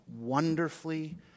wonderfully